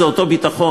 זה אותו ביטחון.